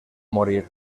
morir